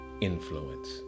influence